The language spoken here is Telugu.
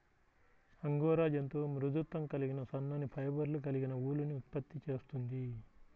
అంగోరా జంతువు మృదుత్వం కలిగిన సన్నని ఫైబర్లు కలిగిన ఊలుని ఉత్పత్తి చేస్తుంది